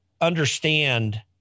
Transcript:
understand